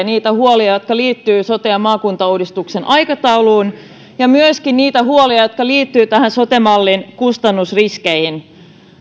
niitä huolia jotka liittyvät sote ja maakuntauudistuksen aikatauluun ja myöskin niitä huolia jotka liittyvät sote mallin kustannusriskeihin